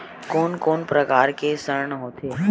कोन कोन प्रकार के ऋण होथे?